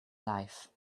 life